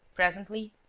presently,